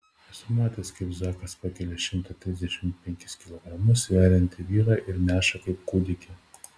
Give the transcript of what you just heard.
esu matęs kaip zakas pakelia šimtą trisdešimt penkis kilogramus sveriantį vyrą ir neša kaip kūdikį